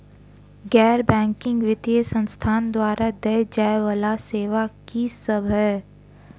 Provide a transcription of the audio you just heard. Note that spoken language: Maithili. गैर बैंकिंग वित्तीय संस्थान द्वारा देय जाए वला सेवा की सब है?